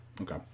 Okay